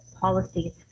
policies